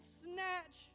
snatch